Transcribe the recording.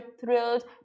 thrilled